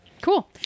Cool